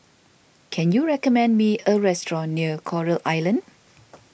can you recommend me a restaurant near Coral Island